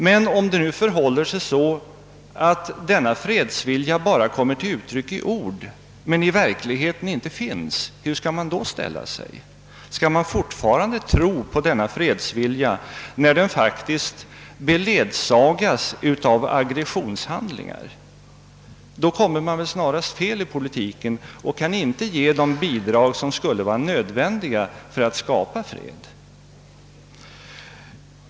Men om det nu förhåller sig så, att fredsviljan bara kommer till uttryck i ord och i verkligheten inte finns, hur skall man då ställa sig? Skall man fortfarande tro på denna fredsvilja när den faktiskt beledsagas av aggressionshandlingar? Då kommer man väl fel i politiken och kan inte ge det bidrag som skulle vara nödvändigt för att skapa fred.